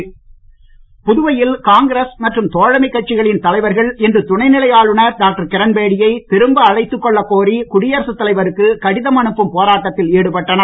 கடிம் புதுவையில் காங்கிரஸ் மற்றும் தோழமைக் கட்சிகளின் தலைவர்கள் இன்று துணை நிலை ஆளுநர் டாக்டர் கிரண்பேடியை திரும்ப அழைத்துக் கொள்ளக் கோரி குடியரசு தலைவருக்கு கடிதம் அனுப்பும் போராட்டத்தில் ஈடுபட்டனர்